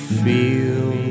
feel